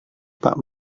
pak